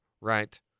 right